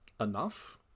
enough